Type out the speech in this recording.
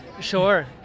sure